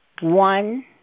one